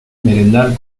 merendar